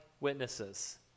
witnesses